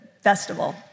festival